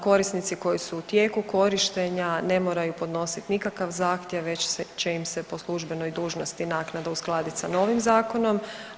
Korisnici koji su u tijeku korištenja, ne moraju podnositi nikakav zahtjev već će im se po službenoj dužnosti naknada uskladit sa novim zakonom.